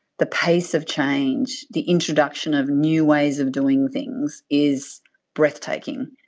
the pace of change, the introduction of new ways of doing things is breathtaking.